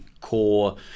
core